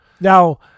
Now